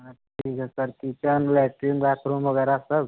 हाँ ठीक है सर किचन लैटरिन बाथरूम वग़ैरह सब